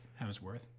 Hemsworth